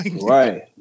Right